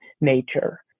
nature